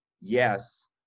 Yes